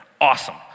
awesome